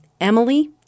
Emily